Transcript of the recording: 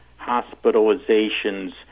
hospitalizations